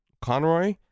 Conroy